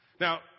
Now